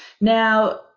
now